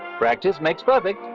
practice makes perfect.